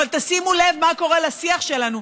אבל שימו לב מה קורה לשיח שלנו,